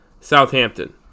Southampton